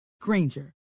Granger